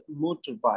motorbike